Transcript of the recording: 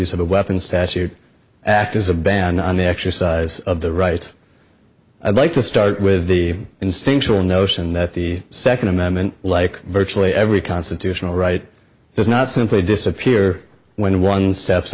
of a weapon statute act as a ban on the exercise of the right i'd like to start with the instinctual notion that the second amendment like virtually every constitutional right does not simply disappear when one steps